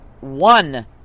one